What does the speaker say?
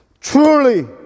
truly